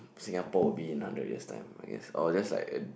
Singapore will be in hundred years' time I guess or just like a